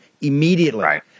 immediately